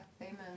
Amen